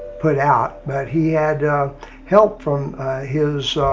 put out, but he had help from his,